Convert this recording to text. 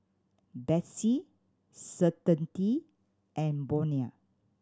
Betsy Certainty and Bonia